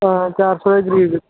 हां चार सौ दे करीब